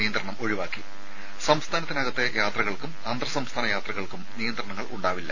നിയന്ത്രണം സംസ്ഥാനത്തിനകത്തെ യാത്രകൾക്കും അന്തർ സംസ്ഥാന യാത്രകൾക്കും നിയന്ത്രണങ്ങൾ ഉണ്ടാവില്ല